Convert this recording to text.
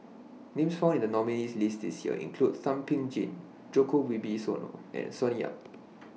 Names found in The nominees' list This Year include Thum Ping Tjin Djoko Wibisono and Sonny Yap